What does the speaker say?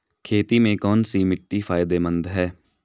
खेती में कौनसी मिट्टी फायदेमंद है?